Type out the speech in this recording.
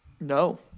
No